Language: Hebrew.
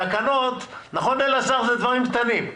תקנות הם דברים קטנים,